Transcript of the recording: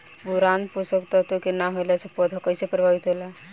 Boron पोषक तत्व के न होला से पौधा कईसे प्रभावित होला?